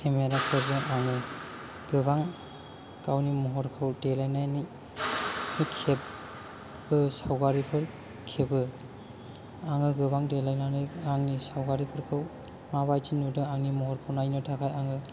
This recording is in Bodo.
खेमेरा फोरजों आङो गोबां गावनि महरखौ देलायनानै खेबो सावगारिफोर खेबो आङो गोबां देलायनानै आंनि सावगारिफोरखौ माबायदि नुदों आंनि महरखौ नायनो थाखाय आङो